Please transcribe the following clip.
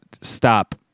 stop